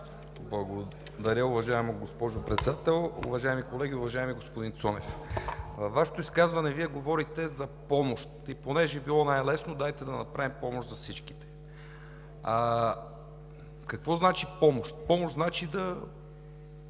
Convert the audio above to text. Благодаря, уважаема госпожо Председател. Уважаеми колеги! Уважаеми господин Цонев, във Вашето изказване Вие говорите за помощ и понеже било най-лесно, дайте да направим помощ за всички. Какво значи „помощ“? Помощ значи да